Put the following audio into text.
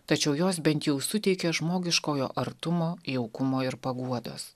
tačiau jos bent jau suteikė žmogiškojo artumo jaukumo ir paguodos